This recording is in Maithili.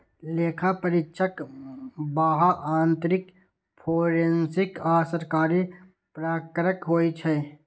लेखा परीक्षक बाह्य, आंतरिक, फोरेंसिक आ सरकारी प्रकारक होइ छै